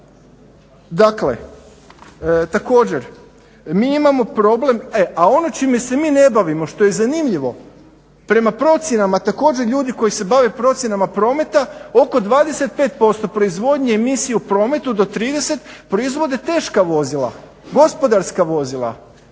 Dakle, također mi imamo problem, e a ono čime se mi ne bavimo što je zanimljivo prema procjenama također ljudi koji se bave procjenama prometa oko 25% proizvodnje emisije u prometu do 30 proizvode teška vozila, gospodarska vozila,